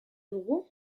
dugu